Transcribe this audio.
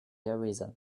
horizon